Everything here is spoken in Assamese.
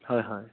হয় হয়